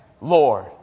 Lord